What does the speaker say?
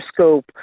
scope